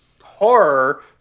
horror